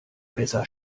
besser